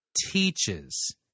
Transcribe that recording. teaches